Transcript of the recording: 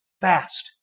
fast